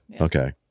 Okay